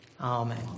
Amen